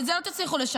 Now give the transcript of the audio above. ואת זה לא תצליחו לשנות.